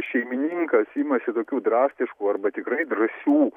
šeimininkas imasi tokių drastiškų arba tikrai drąsių